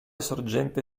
sorgente